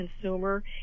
consumer